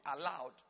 allowed